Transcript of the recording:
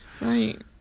Right